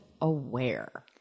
aware